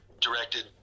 directed